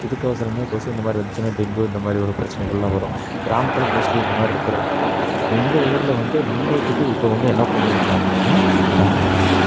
இதுக்கொசரம் கொசு இந்தமாதிரி வந்துச்சுனால் டெங்கு இந்தமாதிரி ஒரு பிரச்சனைகளெலாம் வரும் கிராமத்தில் மோஸ்ட்லி இந்தமாதிரி இருக்கிறதினால எங்கள் ஊரில் வந்து முன்னையத்துக்கு இப்போ வந்து என்ன பண்ணியிருக்காங்கன்னா